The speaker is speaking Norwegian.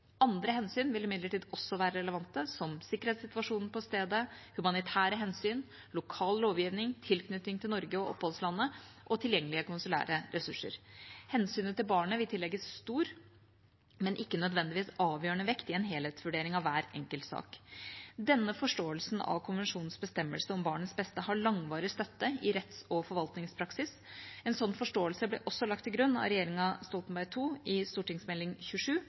Andre hensyn vil imidlertid også være relevante, som sikkerhetssituasjonen på stedet, humanitære hensyn, lokal lovgivning, tilknytning til Norge og oppholdslandet og tilgjengelige konsulære ressurser. Hensynet til barnet vil tillegges stor, men ikke nødvendigvis avgjørende, vekt i en helhetsvurdering av hver enkelt sak. Denne forståelsen av konvensjonens bestemmelser om barnets beste har langvarig støtte i retts- og forvaltningspraksis. En slik forståelse ble også lagt til grunn av regjeringa Stoltenberg II i Meld. St. 27